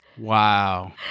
Wow